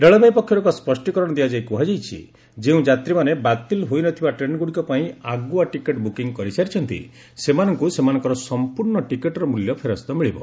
ରେଳବାଇ ପକ୍ଷରୁ ଏକ ସ୍ୱଷ୍ଟୀକରଣ ଦିଆଯାଇ କୁହାଯାଇଛି ଯେଉଁ ଯାତ୍ରୀମାନେ ବାତିଲ୍ ହୋଇ ନ ଥିବା ଟ୍ରେନ୍ଗୁଡ଼ିକ ପାଇଁ ଆଗୁଆ ଟିକେଟ୍ ବୁକିଂ କରିସାରିଛନ୍ତି ସେମାନଙ୍କୁ ସେମାନଙ୍କର ସମ୍ପୂର୍ଣ୍ଣ ଟିକେଟ୍ର ମୂଲ୍ୟ ପେରସ୍ତ ମିଳିବ